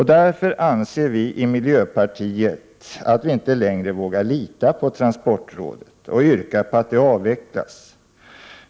Därför anser vi i miljöpartiet att vi inte längre vågar lita på transportrådet och yrkar på att det avvecklas.